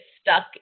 stuck